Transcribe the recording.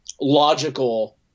logical